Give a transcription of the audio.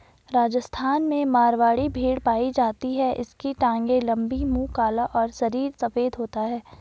राजस्थान में मारवाड़ी भेड़ पाई जाती है इसकी टांगे लंबी, मुंह काला और शरीर सफेद होता है